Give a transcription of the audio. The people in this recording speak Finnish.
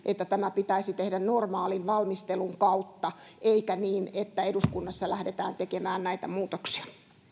että tämä pitäisi tehdä normaalin valmistelun kautta eikä niin että eduskunnassa lähdetään tekemään näitä muutoksia